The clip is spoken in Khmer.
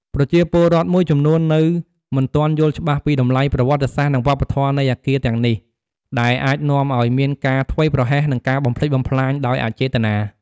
ប្រជាពលរដ្ឋមួយចំនួននៅមិនទាន់យល់ច្បាស់ពីតម្លៃប្រវត្តិសាស្ត្រ និងវប្បធម៌នៃអគារទាំងនេះ ដែលអាចនាំឱ្យមានការធ្វេសប្រហែស ឬការបំផ្លិចបំផ្លាញដោយអចេតនា។